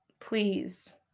please